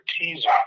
teaser